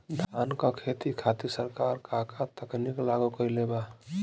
धान क खेती खातिर सरकार का का तकनीक लागू कईले बा?